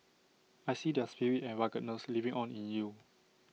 I see their spirit and ruggedness living on in you